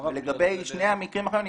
לגבי המקרים האחרים,